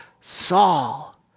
Saul